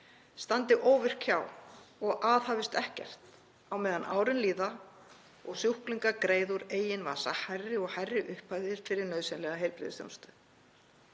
standi óvirk hjá og aðhafist ekkert á meðan árin líða og sjúklingar greiða úr eigin vasa hærri og hærri upphæðir fyrir nauðsynlega heilbrigðisþjónustu.